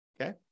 Okay